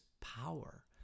power